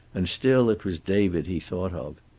and still it was david he thought of.